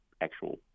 actual